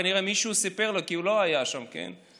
כנראה מישהו סיפר לו, כי הוא לא היה שם, כן?